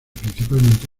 principalmente